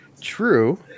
True